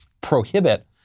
prohibit